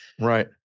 Right